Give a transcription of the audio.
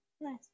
nice